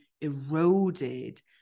eroded